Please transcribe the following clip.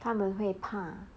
他们会怕